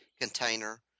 container